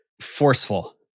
forceful